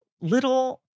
little